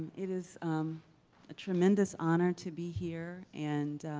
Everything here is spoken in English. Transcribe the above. it is a tremendous honor to be here and